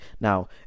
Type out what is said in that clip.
now